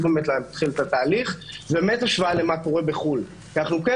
להתחיל את התהליך זה השוואה למה שקורה בחו"ל כי אנחנו כן